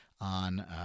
on